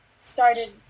started